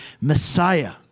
Messiah